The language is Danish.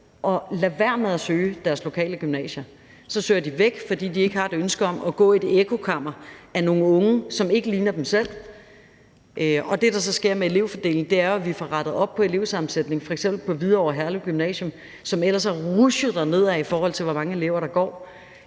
at lade være med at søge deres lokale gymnasium. Så søger de væk, fordi de ikke har et ønske om at gå i et ekkokammer med nogle unge, som ikke ligner dem selv. Det, der så sker med elevfordelingen, er jo, at vi får rettet op på elevsammensætningen på f.eks. Hvidovre og Herlev Gymnasium, som ellers er rutsjet dernedad, i forhold til hvor mange elever der går